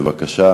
בבקשה.